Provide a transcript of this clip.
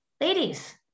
Ladies